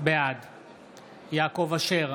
בעד יעקב אשר,